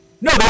No